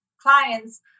clients